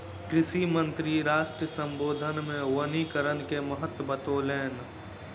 कृषि मंत्री राष्ट्र सम्बोधन मे वनीकरण के महत्त्व बतौलैन